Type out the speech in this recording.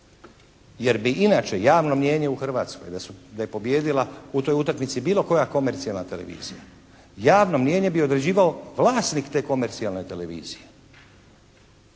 jer bi inače javno mnijenje u Hrvatskoj da je pobijedila u toj utakmici bilo koja komercijalna televizija, javno mnijenje bi određivao vlasnik te komercijalne televizije.